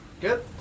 Good